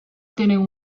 tienen